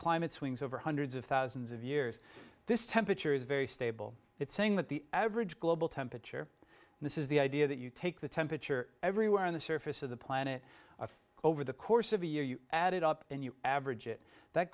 climate swings over hundreds of thousands of years this temperature is very stable it's saying that the average global temperature and this is the idea that you take the temperature everywhere on the surface of the planet of over the course of a year you add it up and you average it that